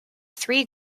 three